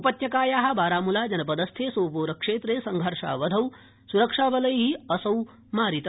उपत्यकाया बारामुला जनपदस्थे सोपोर क्षेत्रे संघर्षावधौ सुरक्षाबलै असौ मारित